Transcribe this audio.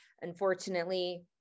Unfortunately